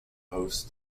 hosts